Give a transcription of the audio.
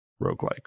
roguelike